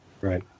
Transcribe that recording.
Right